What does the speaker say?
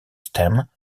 stem